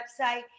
website